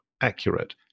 accurate